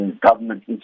government